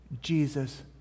Jesus